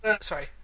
Sorry